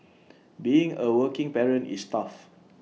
being A working parent is tough